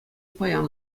паян